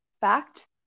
fact